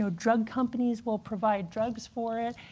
so drug companies will provide drugs for it.